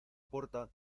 puerta